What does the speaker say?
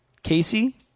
Casey